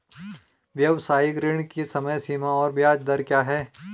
व्यावसायिक ऋण की समय सीमा और ब्याज दर क्या है?